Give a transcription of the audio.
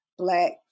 black